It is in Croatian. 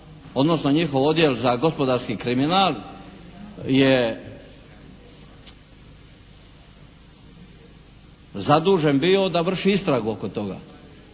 odnosno njihov Odjel za gospodarski kriminal je zadužen bio da vrši istragu oko toga.